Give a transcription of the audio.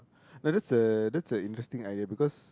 no that's a that's a interesting idea because